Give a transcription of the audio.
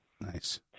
Nice